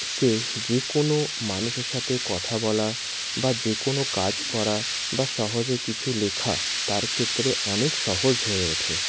সে যে কোনো মানুষের সাথে কথা বলা বা যে কোনো কাজ করা বা সহজে কিছু লেখা তার ক্ষেত্রে অনেক সহজ হয়ে ওঠে